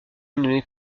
une